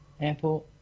airport